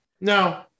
No